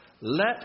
Let